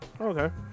Okay